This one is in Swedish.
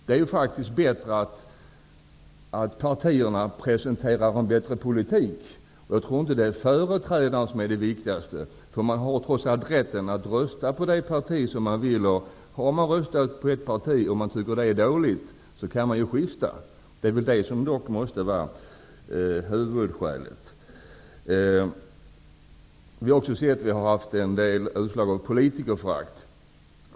Det är faktiskt bättre att partierna presenterar en bättre politik. Jag tror inte att företrädarna är det viktigaste. Väljarna har trots allt rätten att rösta på det parti de vill. Har man röstat på ett parti som man tycker sköter sig dåligt kan man skifta. Detta måste dock vara huvudskälet. Vi har också sett en del utslag av politikerförakt.